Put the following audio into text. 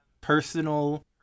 personal